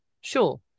Sure